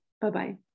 Bye-bye